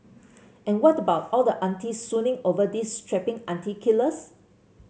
and what about all the aunties swooning over these strapping auntie killers